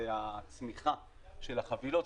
זה הצמיחה של החבילות,